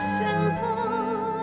simple